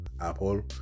Apple